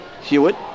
Hewitt